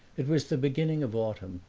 it was the beginning of autumn,